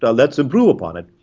ah let's improve upon it.